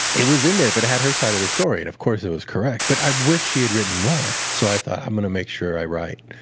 it was in there, but it had her side of the story. and of course it was correct. but i wish she had written more. so i thought, i'm going to make sure i write.